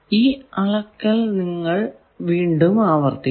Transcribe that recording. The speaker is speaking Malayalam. ഈ അളക്കൽ നിങ്ങൾ പലതവണ ആവർത്തിക്കുന്നു